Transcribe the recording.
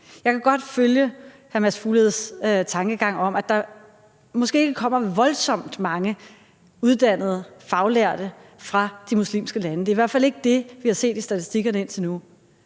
Jeg kan godt følge hr. Mads Fugledes tankegang om, at der måske ikke kommer voldsomt mange uddannede, faglærte fra de muslimske lande; det er i hvert fald ikke det, vi har set i statistikkerne indtil nu.